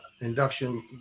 induction